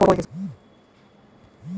Utility bill ನಿಂದ್ ನಮಗೇನ ಲಾಭಾ?